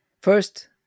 first